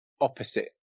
opposite